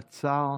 קצר.